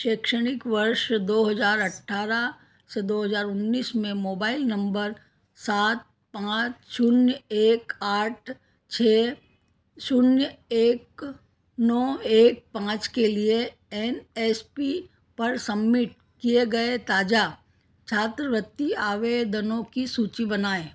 शैक्षणिक वर्ष दो हज़ार अट्ठारह से दो हज़ार उन्नीस में मोबाइल नंबर सात पाँच शून्य एक आठ छः शून्य एक नौ एक पाँच के लिए एन एस पी पर सबमिट किए गए ताज़ा छात्रवृत्ति आवेदनों की सूची बनाएँ